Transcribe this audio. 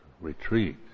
retreat